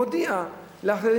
הוא מודיע להורים,